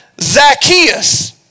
Zacchaeus